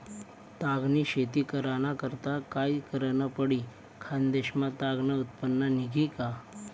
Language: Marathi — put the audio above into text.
ताग नी शेती कराना करता काय करनं पडी? खान्देश मा ताग नं उत्पन्न निंघी का